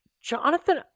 Jonathan